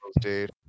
Dude